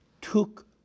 took